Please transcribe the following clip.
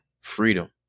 freedom